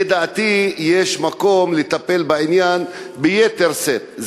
לדעתי יש מקום לטפל בעניין ביתר שאת.